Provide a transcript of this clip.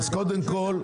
קודם כל,